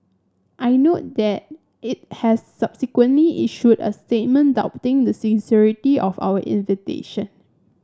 I note that it has subsequently issued a statement doubting the sincerity of our invitation